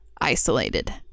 isolated